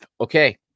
Okay